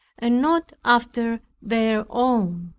and not after their own.